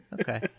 okay